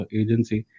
agency